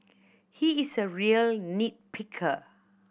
he is a real nit picker